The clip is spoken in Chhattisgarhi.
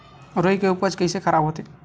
रुई के उपज कइसे खराब होथे?